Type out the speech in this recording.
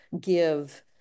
give